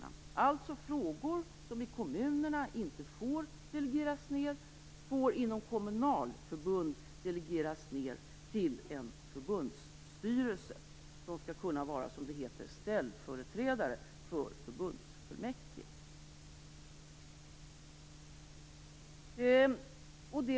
Det betyder alltså att frågor som i kommunerna inte får delegeras ned får i kommunalförbund delegeras ned till en förbundsstyrelse, som skall kunna vara ställföreträdare för förbundsfullmäktige, som det heter.